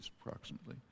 approximately